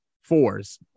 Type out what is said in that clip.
fours